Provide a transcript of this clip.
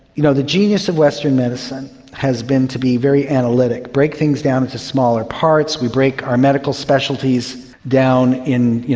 you know, the genius of western medicine has been to be very analytic, break things down into smaller parts, we break our medical specialties down in,